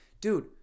Dude